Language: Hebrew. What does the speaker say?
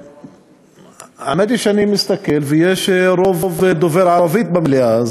האמת היא שאני מסתכל, ויש רוב דובר ערבית במליאה.